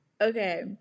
Okay